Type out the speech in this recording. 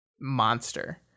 monster